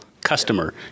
customer